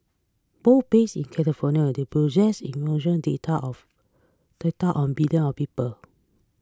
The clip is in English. both based in California they possess enormous data of data on billions of people